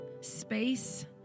space